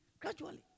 gradually